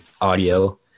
audio